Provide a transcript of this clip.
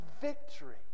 victory